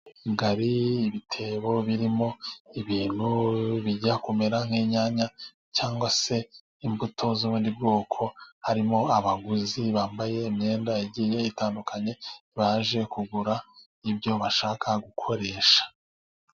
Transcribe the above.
Ingari ibitebo birimo ibintu bijya kumera nk'inyanya cyangwa se imbuto z'ubundi bwoko, harimo abaguzi bambaye imyenda igiye itandukanye baje kugura ibyo bashaka gukoresha.